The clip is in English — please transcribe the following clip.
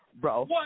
bro